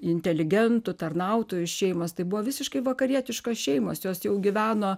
inteligentų tarnautojų šeimos tai buvo visiškai vakarietiškos šeimos jos jau gyveno